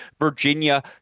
Virginia